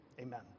amen